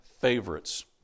favorites